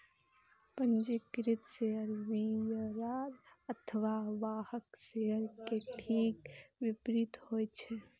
पंजीकृत share bearer अथवा वाहक शेयर के ठीक विपरीत होइ छै